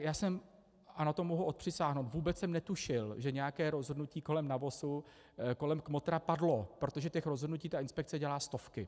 Já jsem, a to mohu odpřisáhnout, vůbec netušil, že nějaké rozhodnutí kolem NAVOSu, kolem Kmotra padlo, protože rozhodnutí dělá inspekce stovky.